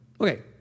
Okay